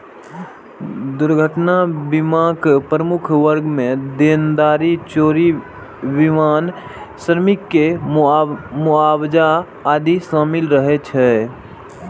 दुर्घटना बीमाक प्रमुख वर्ग मे देनदारी, चोरी, विमानन, श्रमिक के मुआवजा आदि शामिल रहै छै